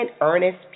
Ernest